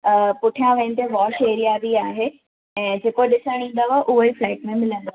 पुठियां वेंदे wash area बि आहे ऐं जेको ॾिसणु ईंदव उहे फ्लेट में मिलंदव